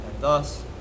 thus